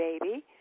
baby